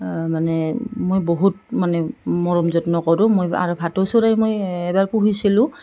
মানে মই বহুত মানে মৰম যত্ন কৰোঁ মই আৰু ভাটৌ চৰাই মই এবাৰ পুহিছিলোঁ